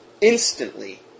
instantly